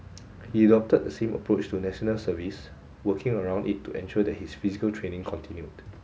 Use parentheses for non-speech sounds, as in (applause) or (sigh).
(noise) he adopted the same approach to National Service working around it to ensure that his physical training continued